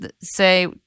say